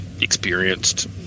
experienced